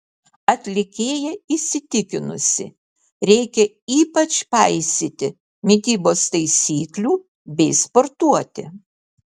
atlikėja įsitikinusi reikia ypač paisyti mitybos taisyklių bei sportuoti